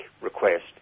request